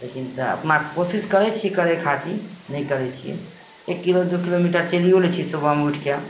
लेकिन तए अपना कोशिश करय छियै करय खातिर नहि करय छियै एक किलो दू किलोमीटर चलियो लै छियै सुबहमे उठि कए